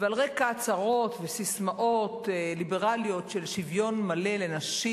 ועל רקע הצהרות וססמאות ליברליות של שוויון מלא לנשים,